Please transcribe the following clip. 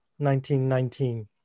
1919